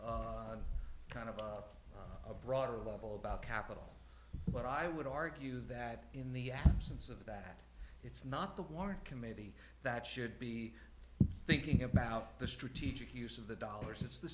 kind of a broader level about capital but i would argue that in the absence of that it's not the one can maybe that should be thinking about the strategic use of the dollar since the